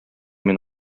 мин